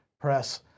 press